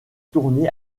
tourné